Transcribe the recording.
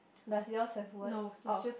does yours have words oh